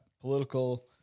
political